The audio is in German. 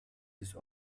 des